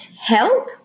help